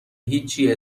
هیچی